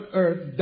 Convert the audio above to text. earth